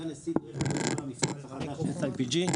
סגן נשיא נמל המפרץ החדש SIPG,